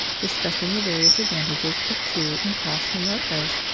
discussing the various advantages of true and crossed minorcas,